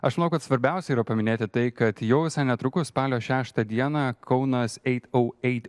aš manau kad svarbiausia yra paminėti tai kad jau visai netrukus spalio šeštą dieną kaunas eight o eight